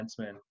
defenseman